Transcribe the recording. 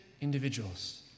individuals